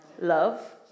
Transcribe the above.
Love